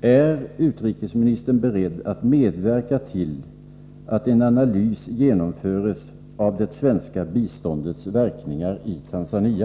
Är utrikesministern beredd att medverka till att en analys genomförs av det svenska biståndets verkningar i Tanzania?